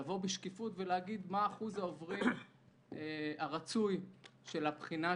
ולבוא בשקיפות ולהגיד מה אחוז העוברים הרצוי של הבחינה,